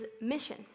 mission